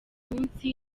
munsi